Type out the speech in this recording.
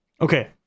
Okay